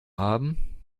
haben